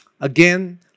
Again